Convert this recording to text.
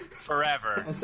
forever